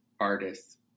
artists